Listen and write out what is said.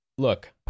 Look